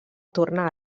torna